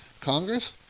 Congress